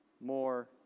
more